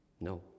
No